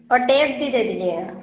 اور ٹیپ بھی دے دیجیے گا